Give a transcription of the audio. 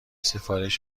سفارش